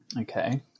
Okay